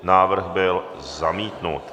Návrh byl zamítnut.